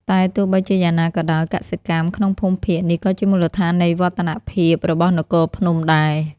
តែទោះបីជាយ៉ាងណាក៏ដោយ កសិកម្ម ក្នុងភូមិភាគនេះក៏ជាមូលដ្ឋាននៃវឌ្ឍនភាពរបស់នគរភ្នំដែរ។